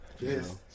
Yes